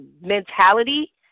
mentality